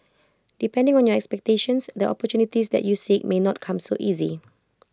depending on your expectations the opportunities that you seek may not come so easy